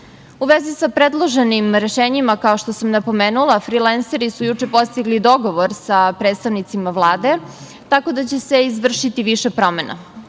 U vezi sa predloženim rešenjima, kao što sam napomenula, frilenseri su juče postigli dogovor sa predstavnicima Vlade, tako da će se izvršiti više promena.